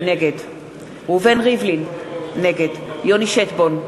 נגד ראובן ריבלין, נגד יוני שטבון,